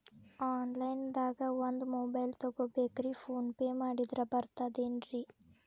Online ದಾಗ ಒಂದ್ mobile ತಗೋಬೇಕ್ರಿ ಫೋನ್ ಪೇ ಮಾಡಿದ್ರ ಬರ್ತಾದೇನ್ರಿ?